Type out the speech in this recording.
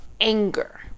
anger